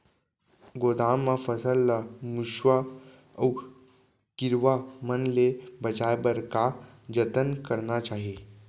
गोदाम मा फसल ला मुसवा अऊ कीरवा मन ले बचाये बर का जतन करना चाही?